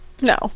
no